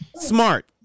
Smart